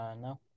no